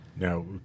Now